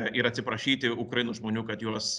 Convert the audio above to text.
ir atsiprašyti ukrainos žmonių kad juos